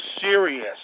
serious